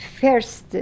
first